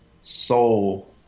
soul